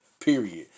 Period